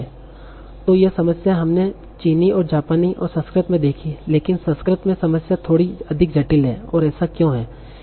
तो यह समस्या हमने चीनी जापानी और संस्कृत में देखी लेकिन संस्कृत में समस्या थोड़ी अधिक जटिल है और ऐसा क्यों है